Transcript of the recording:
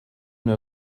know